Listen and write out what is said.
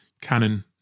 canon